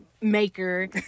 maker